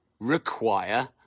require